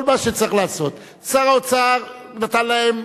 כל מה שצריך לעשות, שר האוצר נתן להם.